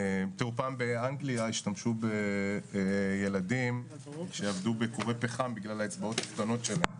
פעם באנגליה השתמשו בילדים שיעבדו בכורי פחם בגלל האצבעות הקטנות שלהם,